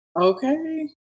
Okay